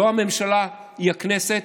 לא הממשלה היא הכנסת,